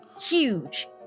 Huge